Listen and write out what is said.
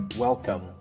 Welcome